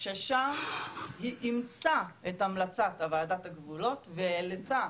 ששם היא אימצה את המלצת ועדת הגבולות והעלתה